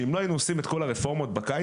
שאם לא היינו עושים את כל הרפורמות בקיץ,